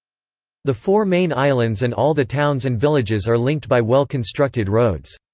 the four main islands and all the towns and villages are linked by well-constructed roads.